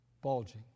Bulging